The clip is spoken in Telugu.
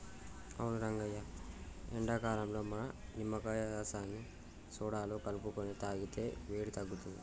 అవును రంగయ్య ఎండాకాలంలో మనం నిమ్మకాయ రసాన్ని సోడాలో కలుపుకొని తాగితే వేడి తగ్గుతుంది